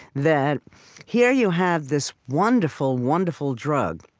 that here you have this wonderful, wonderful drug,